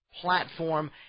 platform